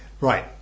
Right